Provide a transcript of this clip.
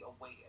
aware